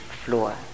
floor